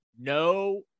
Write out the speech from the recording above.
no